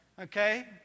Okay